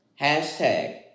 Hashtag